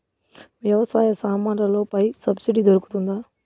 వ్యవసాయ సామాన్లలో పై సబ్సిడి దొరుకుతుందా?